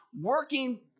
working